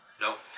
Nope